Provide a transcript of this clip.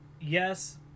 yes